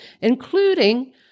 including